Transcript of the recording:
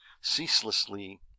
ceaselessly